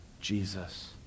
Jesus